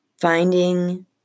finding